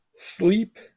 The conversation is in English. Sleep